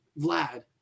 Vlad